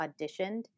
auditioned